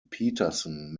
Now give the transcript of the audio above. peterson